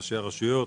ראשי רשויות,